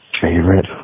favorite